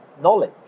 knowledge